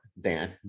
Dan